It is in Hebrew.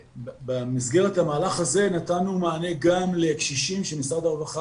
ובמסגרת המהלך הזה נתנו מענה גם לקשישים שמשרד הרווחה